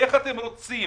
איך אתם רוצים